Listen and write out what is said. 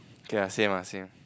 okay ah same ah same